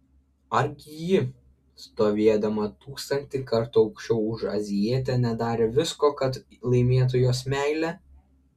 argi ji stovėdama tūkstantį kartų aukščiau už azijietę nedarė visko kad laimėtų jos meilę